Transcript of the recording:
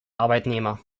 arbeitnehmer